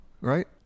right